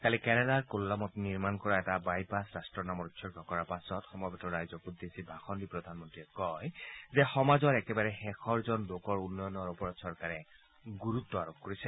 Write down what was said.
কালি কেৰালাৰ কোল্লামত নিৰ্মাণ কৰা এটা বাইপাছ ৰাষ্টৰ নামত উৎসৰ্গা কৰাৰ পাছত সমবেত ৰাইজক উদ্দেশ্যি ভাষণ দি প্ৰধানমন্ত্ৰীয়ে কয় যে সমাজৰ একেবাৰে শেষৰজন লোকৰ উন্নয়নৰ ওপৰত চৰকাৰে গুৰুত্ব আৰোপ কৰিছে